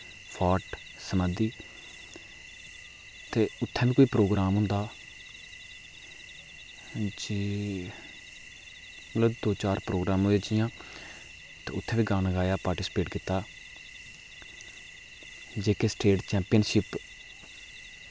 fort समाधि ते उत्थै बी कोई प्रोग्राम होंदा जी कोई दो चार प्रोग्राम होए जि'यां ते उत्थै बी गाना गाया ते पार्टिस्पेट कीता जेके स्टेट चैंपियनशिप